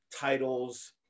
titles